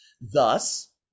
Thus